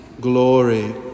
glory